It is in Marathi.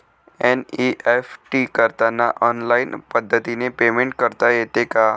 एन.ई.एफ.टी करताना ऑनलाईन पद्धतीने पेमेंट करता येते का?